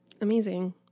Amazing